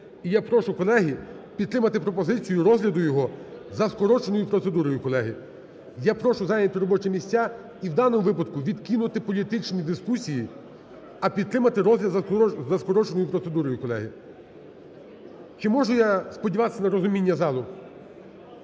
І я прошу, колеги, підтримати пропозицію розгляду його за скороченою процедурою, колеги. Я прошу зайняти робочі місця і в даному випадку відкинути політичні дискусії, а підтримати розгляд за скороченою процедурою, колеги. Чи можу я сподіватися на розуміння залу?